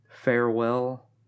farewell